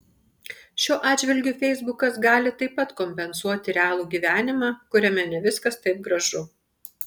šiuo atžvilgiu feisbukas gali taip pat kompensuoti realų gyvenimą kuriame ne viskas taip gražu